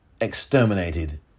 exterminated